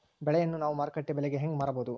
ಬೆಳೆಯನ್ನ ನಾವು ಮಾರುಕಟ್ಟೆ ಬೆಲೆಗೆ ಹೆಂಗೆ ಮಾರಬಹುದು?